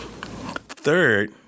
Third